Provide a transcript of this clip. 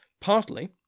Partly